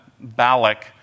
Balak